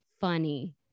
funny